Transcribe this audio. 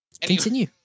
Continue